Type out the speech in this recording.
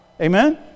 Amen